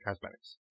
cosmetics